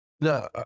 No